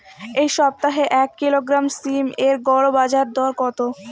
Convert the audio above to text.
এই সপ্তাহে এক কিলোগ্রাম সীম এর গড় বাজার দর কত?